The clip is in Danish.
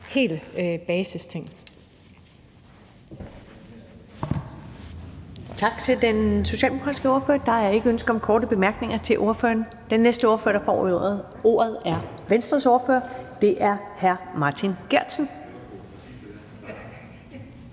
helt basale ting.